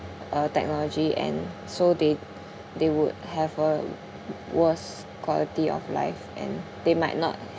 uh technology and so they they would have a worse quality of life and they might not